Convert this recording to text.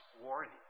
warning